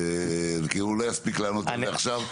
כי הוא לא יספיק לענות על זה עכשיו.